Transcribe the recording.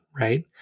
right